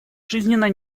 жизненно